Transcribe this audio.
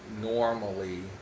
normally